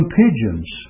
pigeons